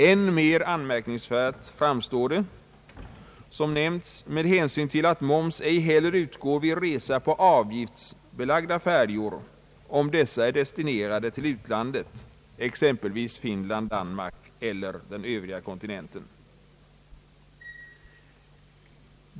Än mer anmärkningsvärt framstår det med hänsyn till att moms ej heller utgår vid resa med avgiftsbelagda färjor, om dessa är destinerade till utlandet, exempelvis Finland, Danmark eller den övriga kontinenten.